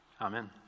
Amen